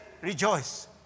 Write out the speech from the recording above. rejoice